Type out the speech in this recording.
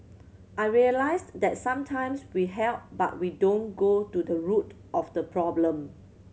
I realised that sometimes we help but we don't go to the root of the problem